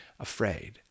afraid